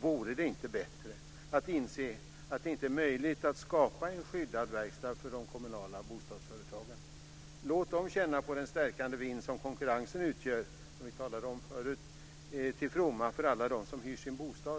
Vore det inte bättre att inse att det inte är möjligt att skapa en skyddad verkstad för de kommunala bostadsföretagen? Låt dem känna på den stärkande vind som konkurrensen utgör - som vi talade om tidigare - till fromma för alla de som hyr sin bostad